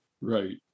Right